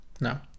No